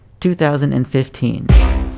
2015